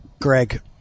Greg